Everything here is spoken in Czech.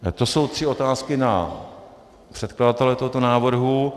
Tak to jsou tři otázky na předkladatele tohoto návrhu.